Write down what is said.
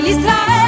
Israel